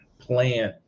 plan